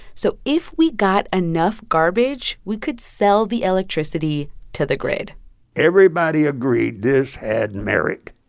so if we got enough garbage, we could sell the electricity to the grid everybody agreed this had merit.